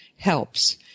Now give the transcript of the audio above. Helps